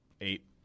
eight